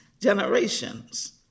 generations